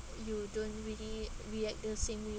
you don't really react the same way